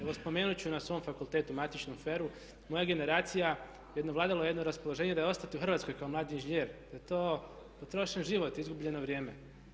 Evo spomenut ću na svom fakultetu matičnom FER-u, moja generacija, vladalo je jedno raspoloženje da ostati u Hrvatskoj kao mladi inženjer da je to potrošen život, izgubljeno vrijeme.